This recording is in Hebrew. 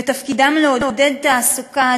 ותפקידם לעודד תעסוקה,